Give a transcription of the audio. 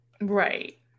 Right